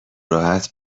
راحت